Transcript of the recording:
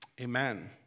Amen